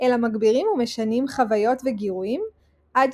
אלא מגבירים ומשנים חוויות וגירויים עד